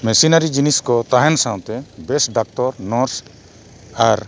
machinery ᱡᱤᱱᱤᱥ ᱠᱚ ᱛᱟᱦᱮᱱ ᱥᱟᱶᱛᱮ ᱵᱮᱥ ᱰᱟᱠᱛᱚᱨ ᱱᱟᱨᱥ ᱟᱨ